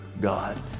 God